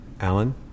Alan